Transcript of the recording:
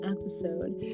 episode